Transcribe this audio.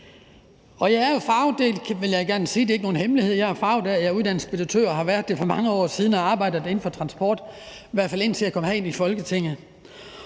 – at jeg er uddannet speditør og har været det for mange år siden og har arbejdet inden for transportbranchen, i hvert fald indtil jeg kom herind i Folketinget.